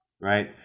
right